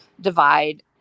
divide